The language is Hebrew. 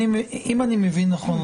אם אני מבין נכון,